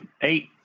eight